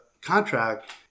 contract